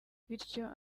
bityo